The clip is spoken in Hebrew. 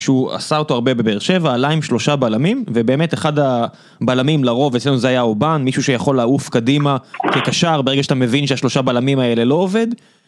שהוא עשה אותו הרבה בבאר שבע, עלה עם שלושה בלמים ובאמת אחד הבלמים, לרוב אצלנו זה היה הובאן מישהו שיכול לעוף קדימה כקשר ברגע שאתה מבין שהשלושה בלמים האלה לא עובד.